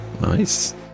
Nice